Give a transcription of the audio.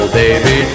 baby